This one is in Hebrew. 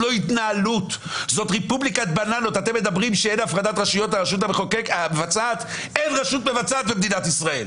לא פחות מאשר לחברי הקואליציה במדינת ישראל.